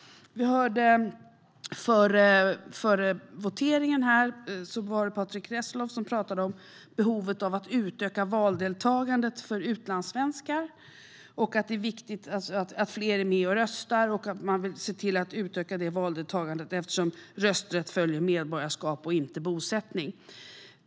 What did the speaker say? Före voteringen talade Patrick Reslow om behovet och vikten av att öka valdeltagandet bland utlandssvenskar, då rösträtt följer medborgarskap och inte bosättning.